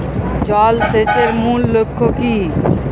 জল সেচের মূল লক্ষ্য কী?